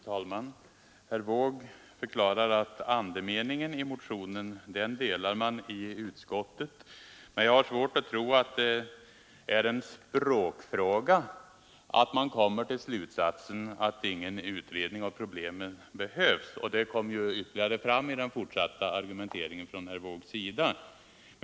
Fru talman! Herr Wååg förklarar att utskottet instämmer i andemeningen i motionen, men jag har svårt att tro att det är en fråga om språkbruket när utskottet kommer fram till slutsatsen att ingen utredning av problemen behövs. Det framgick också av herr Wåågs fortsatta argumentering.